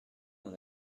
dans